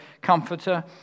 comforter